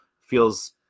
Feels